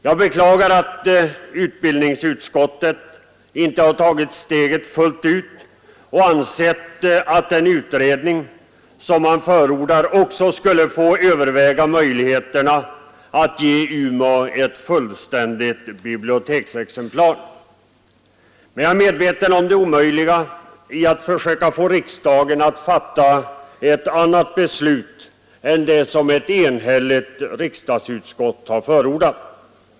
Jag beklagar att utbildningsutskottet inte har tagit steget fullt ut och ansett att den utredning som man förordar också skall få överväga möjligheterna att ge Umeå ett fullständigt biblioteksexemplar. Jag är medveten om det omöjliga i att försöka få riksdagen att fatta ett annat beslut än det som ett enigt utskott förordat.